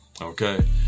okay